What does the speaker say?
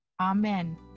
amen